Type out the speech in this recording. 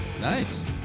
Nice